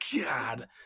God